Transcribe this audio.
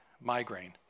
Migraine